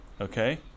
okay